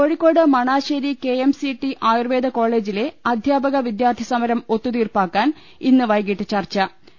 Kozhikode Manassery KMCT Ayurveda കോള ജിലെ അധ്യപക വിദ്യാർത്ഥി സ്മമരം ഒത്തുതീർപ്പാക്കാൻ ഇന്ന് വൈകിട്ട് ചർച്ചു